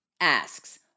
asks